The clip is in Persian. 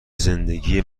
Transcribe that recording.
زندگی